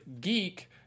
GEEK